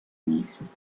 نیست